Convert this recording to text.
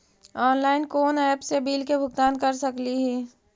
Online कोन app से bill के भुगतान कर सकली ही?